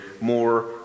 more